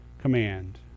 command